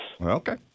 Okay